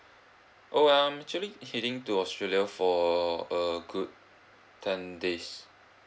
oh I'm actually heading to australia for a good ten days